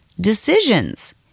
decisions